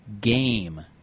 game